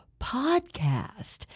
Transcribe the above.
podcast